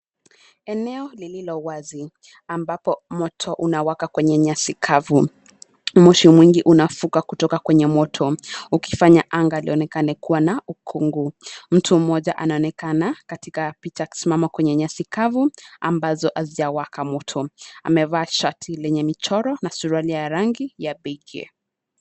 Eneo lililowazi ambapo moto unawaka kwenye nyasi kavu moshi mwingi unafuka kutoka kwenye moto, ukifanya anga lionekane kua na ukungu. Mtu mmoja anaonekana katika picha akisimama kwenye nyasi kavu, ambazo hazijawaka moto. Amevaa shati lenye michoro na suruali ya rangi ya beige .